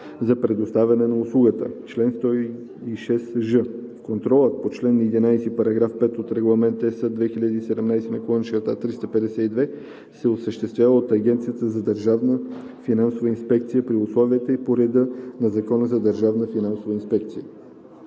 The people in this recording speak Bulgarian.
за предоставяне на услугата. Чл. 106ж. Контролът по чл. 11, параграф 5 от Регламент (ЕС) 2017/352 се осъществява от Агенцията за държавна финансова инспекция при условията и по реда на Закона за държавната финансова инспекция.